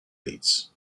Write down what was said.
beats